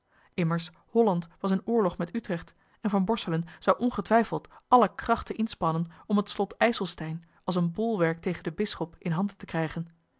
immers holland was in oorlog met utrecht en van borselen zou ongetwijfeld alle krachten inspannen om het slot ijselstein als een bolwerk tegen den bisschop in handen te krijgen